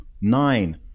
nine